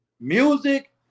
music